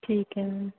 ਠੀਕ ਹੈ ਮੈਮ